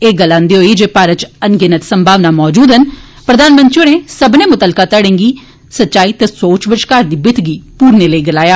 एह् गलांदे होई जे भारत इच अनगिनत संभावना मौजूद न प्रधानमंत्री होरें सब्बनें मुतलका धड़ें गी सच्चाई ते सोच बश्कार दी बित्थ गी पूरने करने लेई गलाया